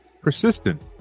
persistent